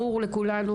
ברור לכולנו,